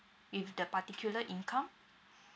with the particular income